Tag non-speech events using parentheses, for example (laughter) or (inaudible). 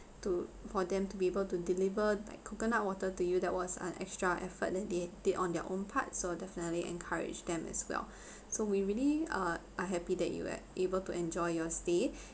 to for them to be able to deliver like coconut water to you that was an extra effort that they they on their own part so definitely encourage them as well (breath) so we really uh are happy that you eh able to enjoy your stay (breath)